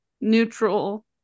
neutral